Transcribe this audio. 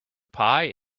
pie